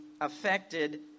Affected